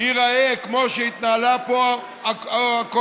ייראה כמו שהתנהלה פה הקואליציה,